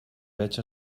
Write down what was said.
veig